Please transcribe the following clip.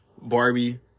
Barbie